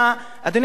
אדוני היושב-ראש,